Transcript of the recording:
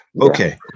Okay